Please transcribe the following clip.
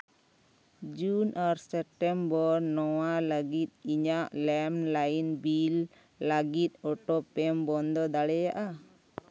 ᱡᱩᱱ ᱟᱨ ᱥᱮᱯᱴᱮᱢᱵᱚᱨ ᱱᱚᱣᱟ ᱞᱟᱹᱜᱤᱫ ᱤᱧᱟᱹᱜ ᱞᱮᱱᱰᱞᱟᱭᱤᱱ ᱵᱤᱞ ᱞᱟᱹᱜᱤᱫ ᱚᱴᱳᱯᱮᱢ ᱵᱚᱱᱫᱚ ᱫᱟᱲᱮᱭᱟᱜᱼᱟ